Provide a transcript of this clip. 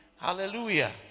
Hallelujah